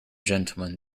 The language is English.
gentlemen